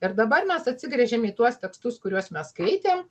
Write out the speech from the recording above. ir dabar mes atsigręžiam į tuos tekstus kuriuos mes skaitėm